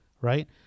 Right